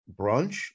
Brunch